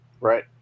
Right